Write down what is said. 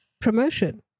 promotion